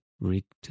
rigged